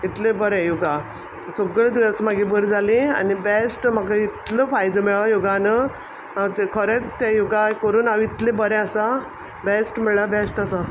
इतले बरे योगा सोगलें दुयेंस मागें बरी जालीं आनी बॅश्ट म्हाक इतलो फायदो मेळो योगान आंव तें खरेंत ते योगा कोरून हांव इतलें बरें आसा बॅस्ट म्हळ्या बॅस्ट आसा